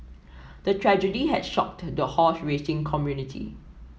the tragedy had shocked the horse racing community